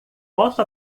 posso